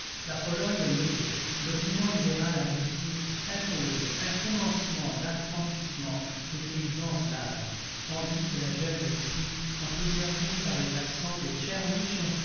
la pologne est levée l'opinion libérale en russie impose un commencement d'affranchissement des paysans slaves tandis que la jeune russie enthousiasmée par les accents de